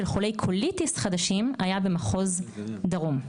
חולי קוליטיס חדשים היה במחוז הדרום.